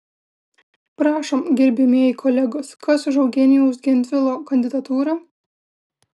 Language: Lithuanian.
prašom gerbiamieji kolegos kas už eugenijaus gentvilo kandidatūrą